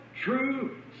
true